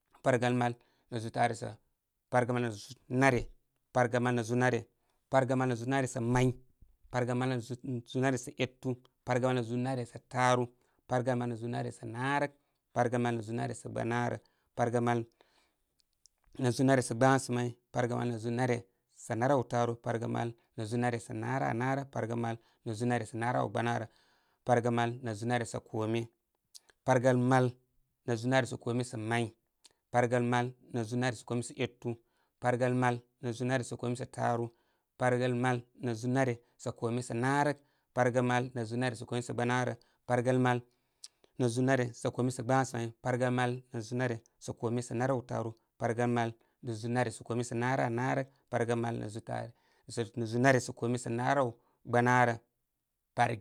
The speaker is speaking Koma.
Pargəl mal nə zūū taare sa, pargəl mal nə zūū nare. Pargəl mal nə zūū nare sa may, pargəl mal nə' zūū nare sa etu, pargəl nə' zūū nare sa taaru, pargəl mal nə' zūū nare sa mare pargəl mal nə' zūū nare sa gba nau rə, pan gəl mal nə' zūū nace sa gbasamay, pargəl nə zūū nare sa naraw taa ru, parəl mu nə' zūū nare sa naraw rək, pargəl mal nə zūū nare sa narawaba naarə, pargəl mal nə' zūū nare sa kome. Pargəl mal nə' zūū nare sa kome sa may pargəl mal nə' zūū nare sa komesa etu. k pargəe mal nə' zūū nare sa kome sa taaru, kargəl mal nə' zūū nare sa kome sa narək, paw gəl mal nə' zūū nare sa kome sa gbamaarə, pawgəl mal nə' zūū' nare sa kome sa gbasa may, pargəl mal nə zūū nare sa kome sa naraw taaru, pargəl mal nə' zūū nare sa kome sa naranarək, pargəl mal nə'zūū taaro nə nare sa kome sa naraw gbaraarə.